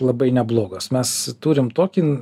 labai neblogos mes turim tokį